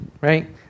right